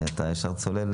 התקנות